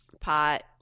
pot